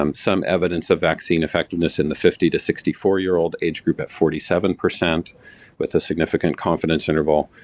um some evidence of vaccine effectiveness in the fifty to sixty four year old age group at forty seven percent with a significant confidence interval,